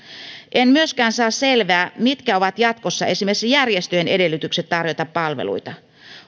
en myöskään saa selvää mitkä ovat jatkossa esimerkiksi järjestöjen edellytykset tarjota palveluita